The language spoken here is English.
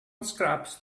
scraps